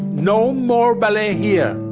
no more ballet yeah